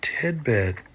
Tidbit